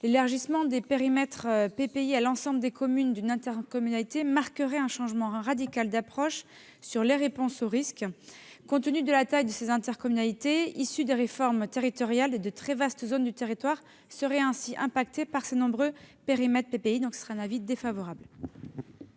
L'élargissement de leur périmètre à l'ensemble des communes d'une intercommunalité marquerait un changement radical d'approche en matière de réponse aux risques. Compte tenu de la taille de ces intercommunalités issues des diverses réformes territoriales, de très vastes zones du territoire seraient concernées par ces périmètres. Avis défavorable.